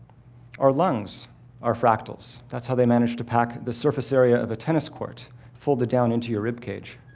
our lungs are fractals. that's how they manage to pack the surface area of a tennis court folded down into your rib cage.